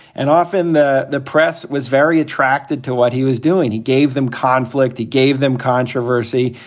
and often the the press was very attracted to what he was doing. he gave them conflict. he gave them controversy.